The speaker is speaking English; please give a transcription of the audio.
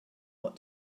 what